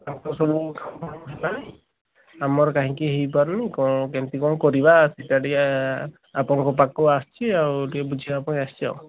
ତାଙ୍କର ସବୁ କମିଟି ଫମିଟି ହେଲାଣି ଆମର କାହିଁକି ହେଇପାରୁନି କ'ଣ କେମିତି କ'ଣ କରିବା ସେଇଟା ଟିକେ ଆପଣଙ୍କ ପାଖକୁ ଆସିଛି ଆଉ ଟିକେ ବୁଝିବା ପାଇଁ ଆସିଛି ଆଉ